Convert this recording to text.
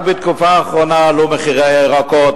רק בתקופה האחרונה עלו מחירי הירקות,